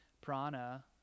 prana